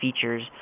features